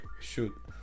shoot